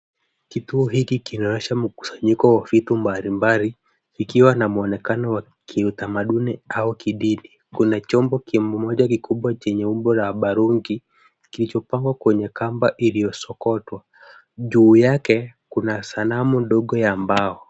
Kituo hiki kinaonyesha mkusanyiko wa vitu mbalimbali ikiwa na mwonekano wa kiutamaduni au kidini. Kuna chombo kimoja kikubwa chenye umbo la barungi kilichopakwa kwenye kamba iliyosokotwa. Juu yake kuna sanamu ndogo ya mbao.